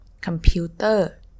computer